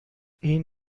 این